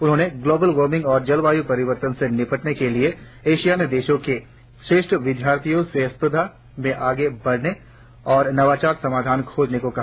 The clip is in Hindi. उन्होंने ग्लोबल वार्मिंग और जलवायू परिवर्तन से निपटने के लिए आसियान देशों के श्रेष्ठ विद्यार्थियों से स्पर्धा में आगे बढ़ने और नवाचार समाधान खोजने को कहा